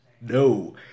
no